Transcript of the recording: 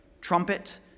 trumpet